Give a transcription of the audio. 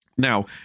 Now